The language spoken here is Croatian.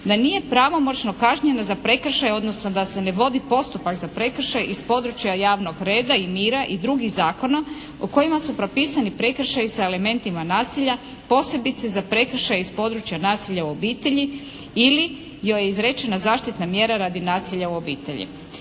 da nije pravomoćno kažnjena za prekršaj, odnosno da se ne vodi postupak za prekršaj iz područja javnog reda i mira i drugih zakona o kojima su propisani prekršaji sa elementima nasilja, posebice za prekršaj iz područja nasilja u obitelji ili joj je izrečena zaštitna mjera radi nasilja u obitelji.".